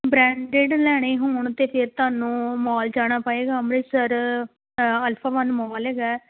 branded ਲੈਣੇ ਹੋਣ ਤਾਂ ਫਿਰ ਤੁਹਾਨੂੰ ਮੌਲ ਜਾਣਾ ਪਏਗਾ ਅੰਮ੍ਰਿਤਸਰ ਅਲਫਾ ਵਨ ਮੋਲ ਹੈਗਾ ਹੈ